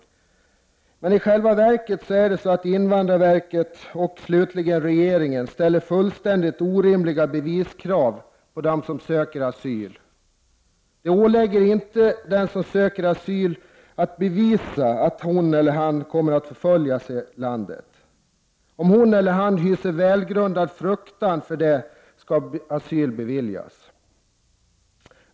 I själva verket ställer invandrarverket och regeringen fullständigt orimliga beviskrav på dem som söker asyl. Det åligger inte den som söker asyl att bevisa att han eller hon kommer att förföljas i hemlandet. Om han eller hon hyser välgrundad fruktan för detta skall asyl beviljas.